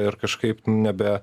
ir kažkaip nebe